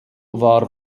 war